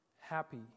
happy